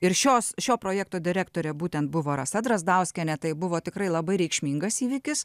ir šios šio projekto direktorė būtent buvo rasa drazdauskienė tai buvo tikrai labai reikšmingas įvykis